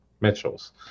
Mitchells